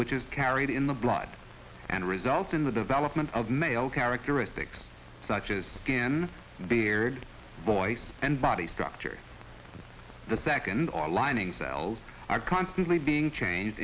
which is carried in the blood and results in the development of male characteristics such as skin beard voice and body structure the second or lining cells are constantly being changed